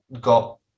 got